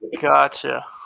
gotcha